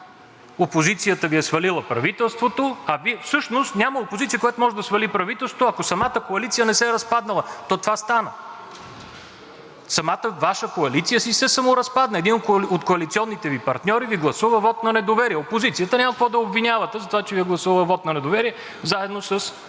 опозицията е свалила правителството Ви. Всъщност няма опозиция, която може да свали правителството, ако самата коалиция не се е разпаднала. То това стана – самата Ваша коалиция се саморазпадна, единият от коалиционните Ви партньори Ви гласува вот на недоверие, а опозицията няма какво да я обвинявате за това, че Ви е гласувала вот на недоверие заедно с